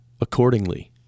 accordingly